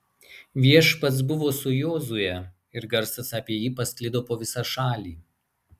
viešpats buvo su jozue ir garsas apie jį pasklido po visą šalį